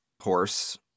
horse